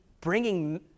bringing